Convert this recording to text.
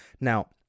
Now